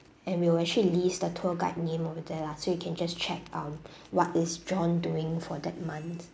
and we will actually list the tour guide name over there lah so you can just check um what is john doing for that month